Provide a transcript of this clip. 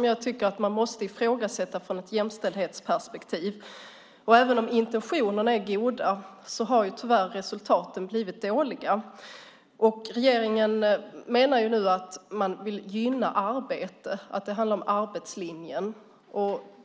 Det tycker jag att man måste ifrågasätta ur ett jämställdhetsperspektiv. Även om intentionerna är goda har resultaten tyvärr blivit dåliga. Regeringen menar att man vill gynna arbete och att det handlar om arbetslinjen.